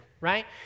right